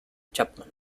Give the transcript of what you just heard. chapman